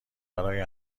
برای